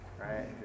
right